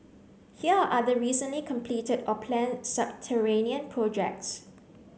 here are other recently completed or planned subterranean projects